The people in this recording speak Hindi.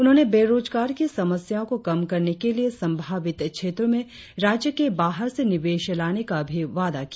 उन्होंने बेरोजगार की समस्या को कम करने के लिए संभावित क्षेत्रों में राज्य के बाहर से निवेश लाने का भी वादा किया